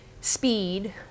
speed